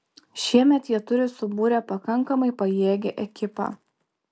šiemet jie turi subūrę pakankamai pajėgią ekipą